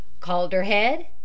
Calderhead